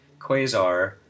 Quasar